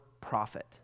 profit